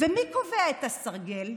מי קובע את הסרגל?